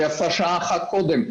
ויפה שעה אחת קודם.